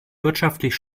wirtschaftlich